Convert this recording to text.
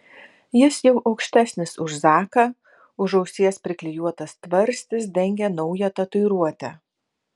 jis jau aukštesnis už zaką už ausies priklijuotas tvarstis dengia naują tatuiruotę